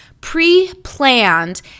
pre-planned